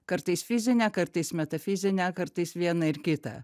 kartais fizinę kartais metafizinę kartais vieną ir kitą